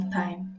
time